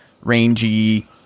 rangy